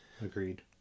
Agreed